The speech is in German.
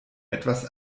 etwas